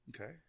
Okay